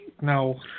no